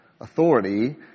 authority